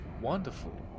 Wonderful